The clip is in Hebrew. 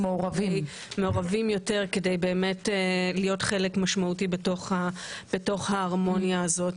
הם מעורבים יותר כדי להיות חלק משמעותי בתוך ההרמוניה הזאת.